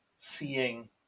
seeing